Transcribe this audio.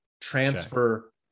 transfer